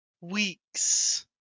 Weeks